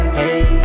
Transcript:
hey